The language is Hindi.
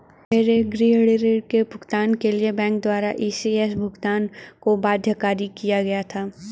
मेरे गृह ऋण के भुगतान के लिए बैंक द्वारा इ.सी.एस भुगतान को बाध्यकारी किया गया था